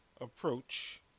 approach